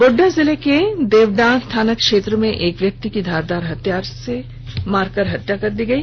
गोड्डा जिले के देवडार थाना क्षेत्र में एक व्यक्ति की धारदार हथियार से मार की हत्या कर दी गई